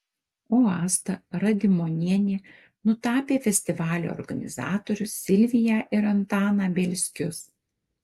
o asta radimonienė nutapė festivalio organizatorius silviją ir antaną bielskius